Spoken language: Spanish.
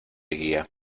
guía